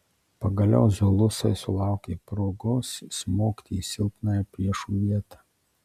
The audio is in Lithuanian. pagaliau zulusai sulaukė progos smogti į silpnąją priešų vietą